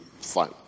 fine